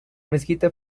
mezquita